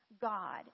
God